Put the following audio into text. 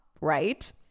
right